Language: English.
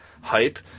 hype